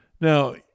Now